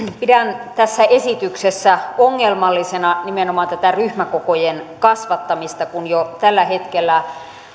pidän tässä esityksessä ongelmallisena nimenomaan tätä ryhmäkokojen kasvattamista kun jo tällä hetkellä